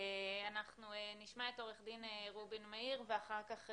אנחנו נשמע את עורך הדין רובין מאיר ואחר-כך,